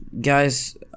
guys